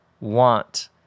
want